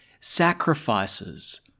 Sacrifices